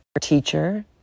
teacher